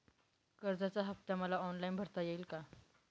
कर्जाचा हफ्ता मला ऑनलाईन भरता येईल का?